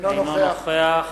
אינו נוכח